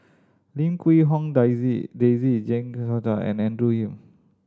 Lim Quee Hong Daisy Daisy Jek Thong and Andrew Yip